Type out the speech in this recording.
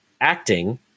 acting